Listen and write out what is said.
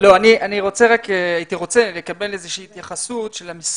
אני רוצה לקבל איזה שהיא התייחסות לגבי